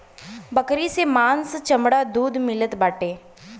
बकरी से मांस चमड़ा दूध मिलत बाटे